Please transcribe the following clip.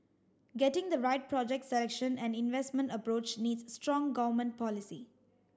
getting the right project selection and investment approach needs strong government policy